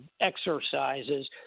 exercises